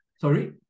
Sorry